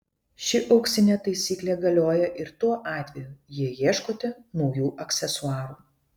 ši auksinė taisyklė galioja ir tuo atveju jei ieškote naujų aksesuarų